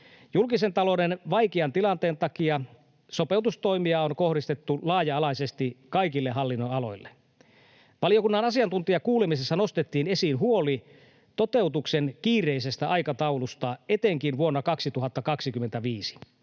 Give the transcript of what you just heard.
Julkisen talouden vaikean tilanteen takia sopeutustoimia on kohdistettu laaja-alaisesti kaikille hallinnonaloille. Valiokunnan asiantuntijakuulemisessa nostettiin esiin huoli toteutuksen kiireellisestä aikataulusta etenkin vuonna 2025.